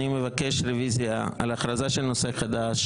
אני מבקש רביזיה על הכרזה של נושא חדש,